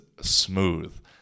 smooth